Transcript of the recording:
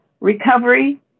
Recovery